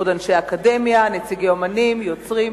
אנשי אקדמיה, נציגי אמנים, יוצרים,